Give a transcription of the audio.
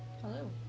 Hello